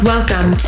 Welcome